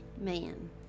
Man